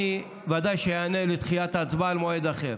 אני ודאי איענה לדחיית ההצבעה למועד אחר.